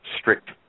strict